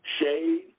shade